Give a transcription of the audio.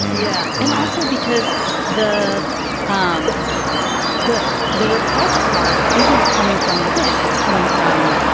yeah and also because the um the the repressed part isn't coming from within. it's coming from.